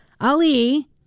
Ali